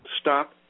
stop